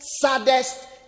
saddest